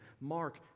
Mark